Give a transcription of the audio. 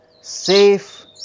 safe